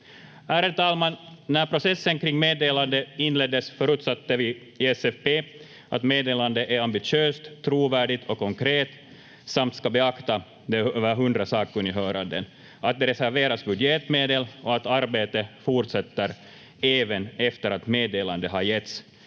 Ärade talman! När processen kring meddelandet inleddes förutsatte vi i SFP att meddelandet är ambitiöst, trovärdigt och konkret samt ska beakta de över hundra sakkunnighörandena, att det reserveras budgetmedel och att arbetet fortsätter även efter att meddelandet har getts.